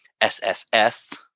sss